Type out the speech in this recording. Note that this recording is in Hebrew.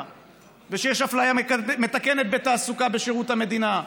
ושיש אפליה מתקנת בתעסוקה בשירות המדינה.